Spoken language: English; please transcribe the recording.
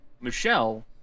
Michelle